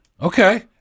Okay